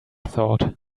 thought